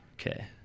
Okay